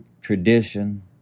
tradition